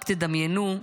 רק תדמיינו,